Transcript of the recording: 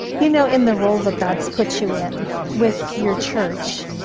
you know in the role that god has put you in with your church,